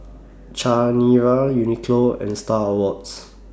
Chanira Uniqlo and STAR Awards